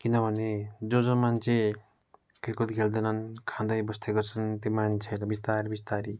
किनभने जो जो मान्छे खेलकुद खेल्दैनन् खाँदै बस्दै गर्छन् त्यो मान्छेको बिस्तारी बिस्तारी